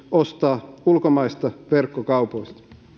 ostaa ulkomaisista verkkokaupoista